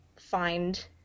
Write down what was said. find